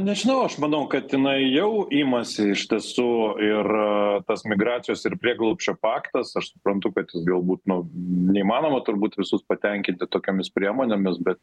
nežinau aš manau kad jinai jau imasi iš tiesų ir tas migracijos ir prieglobsčio paktas aš suprantu kad jis galbūt ne neįmanoma turbūt visus patenkinti tokiomis priemonėmis bet